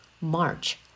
March